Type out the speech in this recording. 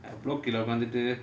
கீழ உக்காந்துட்டு:kizha utkaanthutu